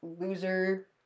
Loser